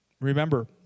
Remember